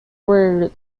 were